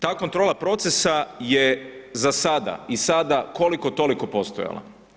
Ta kontrola procesa je za sada i sada koliko toliko postojala.